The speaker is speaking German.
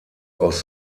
aus